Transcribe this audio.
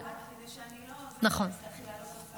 השאלה, רק כדי שלא תצטרכי לעלות עוד פעם,